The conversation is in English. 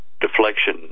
deflection